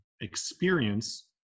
experience